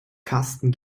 karsten